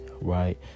right